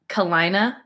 Kalina